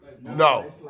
No